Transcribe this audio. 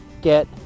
get